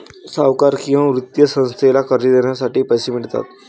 सावकार किंवा वित्तीय संस्थेला कर्ज देण्यासाठी पैसे मिळतात